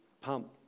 pump